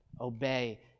Obey